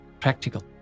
practical